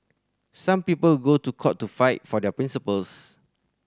some people go to court to fight for their principles